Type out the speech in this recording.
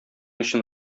өчен